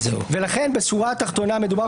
לכן בשורה התחתונה מדובר,